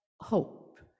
hope